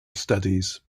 studies